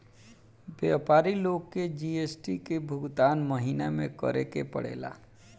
व्यापारी लोग के जी.एस.टी के भुगतान महीना में करे के पड़ेला